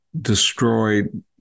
destroyed